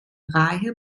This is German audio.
reihe